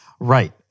Right